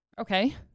Okay